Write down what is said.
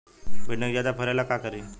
भिंडी के ज्यादा फरेला का करी?